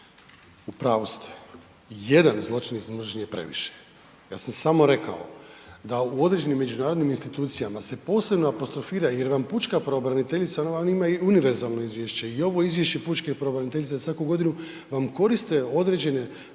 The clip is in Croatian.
U pravu ste, jedan zločin iz mržnje je previše. Ja sam samo rekao da u određenim međunarodnim institucijama se posebno apostrofira jer vam pučka pravobraniteljica, ona vam ima i univerzalno izvješće i ovo izvješće pučke pravobraniteljice svaku godinu vam koriste određene